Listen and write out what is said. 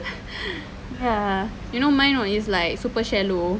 ya you know mine on is like super shallow